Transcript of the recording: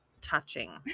touching